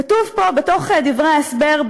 כתוב פה בתוך דברי ההסבר,